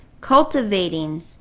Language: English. cultivating